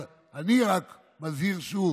אבל אני רק מזהיר שוב,